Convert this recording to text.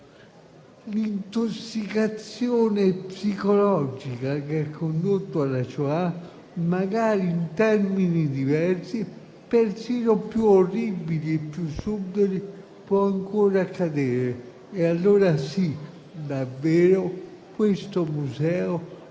L'intossicazione psicologica che ha condotto alla Shoah, magari in termini diversi, persino più orribili e più subdoli, può ancora accadere e allora sì, davvero, questo Museo